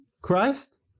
Christ